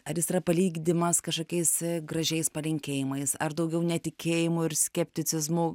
ar jis yra palygdimas kažkokiais gražiais palinkėjimais ar daugiau netikėjimu ir skepticizmu